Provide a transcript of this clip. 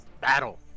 battle